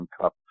Cup